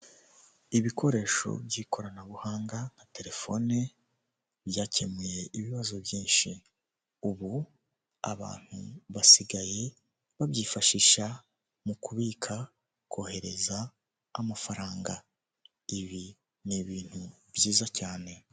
Ibikoresho by'ikoranabuhanga nka telefone byakemuye ibibazo byinshi, ubu abantu basigaye babyifashisha mu kubika kohereza amafaranga ibi ni ibintu byiza cyane.